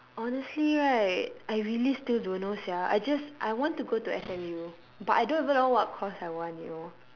honestly right I really still don't know sia I just I want to go to S_M_U but I don't even know what course I want you know